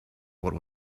what